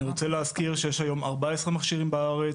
אני רוצה להזכיר שיש היום 14 מכשירים בארץ.